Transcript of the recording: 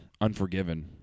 Unforgiven